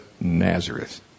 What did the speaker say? Nazareth